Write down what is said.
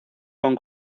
con